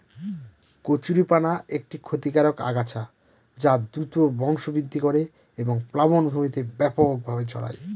কচুরিপানা একটি ক্ষতিকারক আগাছা যা দ্রুত বংশবৃদ্ধি করে এবং প্লাবনভূমিতে ব্যাপকভাবে ছড়ায়